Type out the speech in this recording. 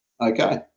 okay